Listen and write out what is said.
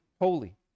holy